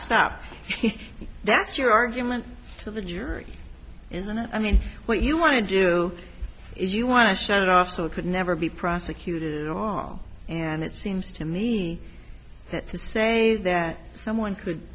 stuff that's your argument to the jury isn't it i mean what you want to do is you want to shut it off so it could never be prosecuted at all and it seems to me that to say that someone could